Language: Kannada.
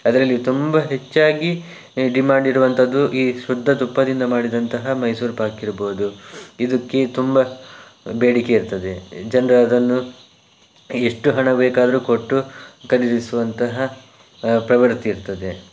ಅದರಲ್ಲಿ ತುಂಬ ಹೆಚ್ಚಾಗಿ ಡಿಮ್ಯಾಂಡ್ ಇರುವಂಥದ್ದು ಈ ಶುದ್ಧ ತುಪ್ಪದಿಂದ ಮಾಡಿದಂತಹ ಮೈಸೂರು ಪಾಕು ಇರಬಹುದು ಇದಕ್ಕೆ ತುಂಬ ಬೇಡಿಕೆ ಇರ್ತದೆ ಜನರು ಅದನ್ನು ಎಷ್ಟು ಹಣ ಬೇಕಾದರೂ ಕೊಟ್ಟು ಖರೀದಿಸುವಂತಹ ಪ್ರವೃತ್ತಿ ಇರ್ತದೆ